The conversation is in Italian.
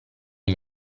gli